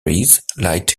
light